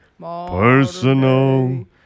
personal